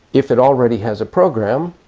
if it already has a program,